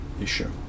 issue